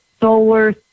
solar